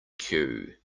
queue